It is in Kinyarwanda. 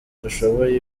dushoboye